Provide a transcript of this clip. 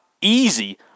easy